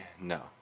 no